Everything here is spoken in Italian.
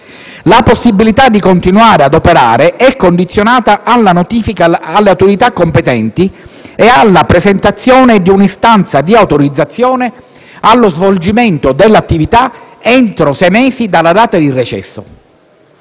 La possibilità di continuare ad operare è condizionata alla notifica alle autorità competenti e alla presentazione di un'istanza di autorizzazione allo svolgimento dell'attività entro sei mesi dalla data di recesso.